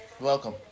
Welcome